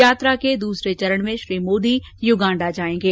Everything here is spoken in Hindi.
यात्रा के दूसरेचरण में श्री मोदी युगांडा जाएंगे